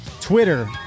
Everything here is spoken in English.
Twitter